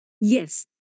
Yes